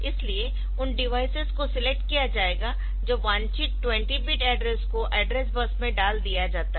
इसलिए उन डिवाइसेस को सिलेक्ट किया जाएगा जब वांछित 20 बिट एड्रेस को एड्रेस बस में डाल दिया जाता है